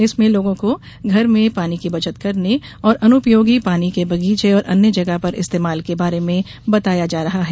इसमें लोगों को घर में पानी की बचत करने और अनुपयोगी पानी के बगीचे और अन्य जगह पर इस्तेमाल के बारे में बताया जा रहा है